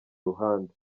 ruhande